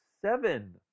seven